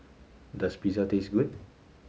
does Pizza taste good